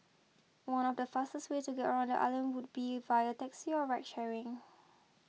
one of the fastest ways to get around the island would be via taxi or ride sharing